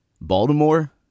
Baltimore